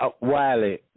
Wiley